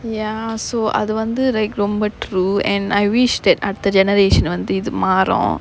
ya so அது வந்து:athu vanthu right ரொம்ப:romba true and I wished that அடுத்த:adutha generation வந்து இது மாறும்:vanthu ithu maarum